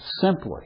simply